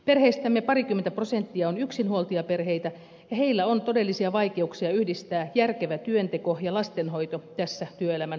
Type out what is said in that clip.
perheistämme parikymmentä prosenttia on yksinhuoltajaperheitä ja heillä on todellisia vaikeuksia yhdistää järkevä työnteko ja lastenhoito tässä työelämän murroksessa